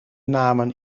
namen